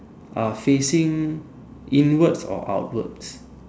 are facing inwards or outwards